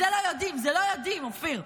את זה לא יודעים, את זה לא יודעים, אופיר,